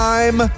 Time